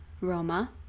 Roma